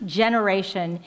generation